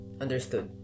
understood